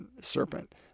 serpent